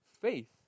faith